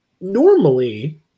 normally